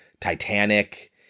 Titanic